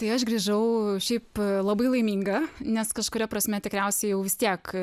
tai aš grįžau šiaip labai laiminga nes kažkuria prasme tikriausiai jau vis tiek